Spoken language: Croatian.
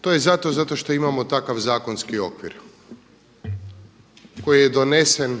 To je zato što imamo takav zakonski okvir koji je donesen